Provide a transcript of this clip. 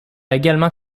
également